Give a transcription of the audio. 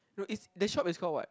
no it's the shop is called what